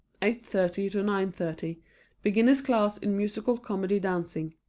eight thirty to nine thirty beginners' class in musical comedy dancing.